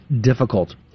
difficult